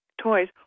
toys